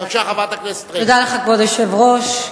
כבוד היושב-ראש,